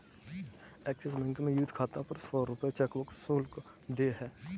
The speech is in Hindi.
एक्सिस बैंक में यूथ खाता पर सौ रूपये चेकबुक शुल्क देय है